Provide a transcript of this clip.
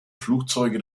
flugzeuge